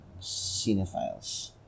cinephiles